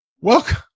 Welcome